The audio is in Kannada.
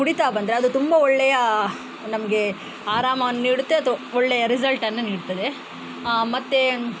ಕುಡಿತಾ ಬಂದರೆ ಅದು ತುಂಬ ಒಳ್ಳೆಯ ನಮಗೆ ಆರಾಮವನ್ನು ನೀಡುತ್ತೆ ಅಥವಾ ಒಳ್ಳೆಯ ರಿಸಲ್ಟನ್ನು ನೀಡ್ತದೆ ಮತ್ತು